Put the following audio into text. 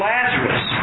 Lazarus